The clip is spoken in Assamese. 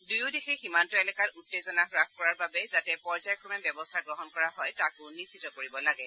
দুয়ো দেশে সীমান্ত এলেকাত উত্তেজনা হ্যাস কৰাৰ বাবে যাতে পৰ্যায়ক্ৰমে ব্যৱস্থা গ্ৰহণ কৰা হয় তাকো নিশ্চিত কৰিব লাগে